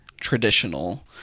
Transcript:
traditional